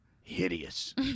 hideous